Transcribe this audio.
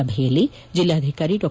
ಸಭೆಯಲ್ಲಿ ಜಿಲ್ಲಾಧಿಕಾರಿ ಡಾ